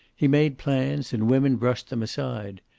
he made plans and women brushed them aside.